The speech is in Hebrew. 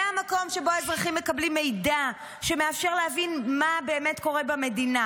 זה המקום שבו האזרחים מקבלים מידע שמאפשר להבין מה באמת קורה במדינה.